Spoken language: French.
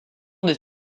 des